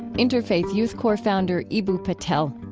interfaith youth core founder eboo patel.